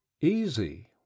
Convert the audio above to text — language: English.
Easy